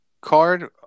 card